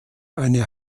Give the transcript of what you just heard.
eine